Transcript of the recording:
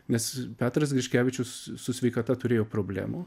nes petras griškevičius su sveikata turėjo problemų